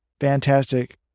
fantastic